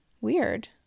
weird